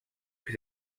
que